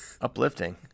uplifting